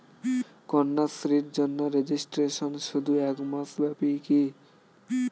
কন্যাশ্রীর জন্য রেজিস্ট্রেশন শুধু এক মাস ব্যাপীই কি?